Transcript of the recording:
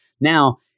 Now